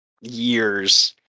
years